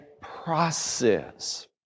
process